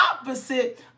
opposite